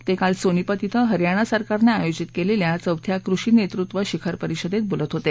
ते काल सोनीपत कें हरियाणा सरकारनं आयोजित केलेल्या चौथ्या कृषी नेतृत्व शिखर परिषदेत बोलत होते